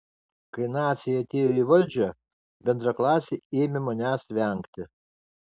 kai naciai atėjo į valdžią bendraklasiai ėmė manęs vengti